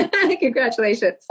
Congratulations